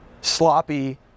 Sloppy